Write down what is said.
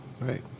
Right